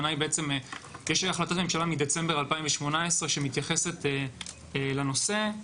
זה בקשר להחלטת הממשלה מדצמבר 2018 שמתייחסת לנושא.